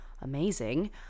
amazing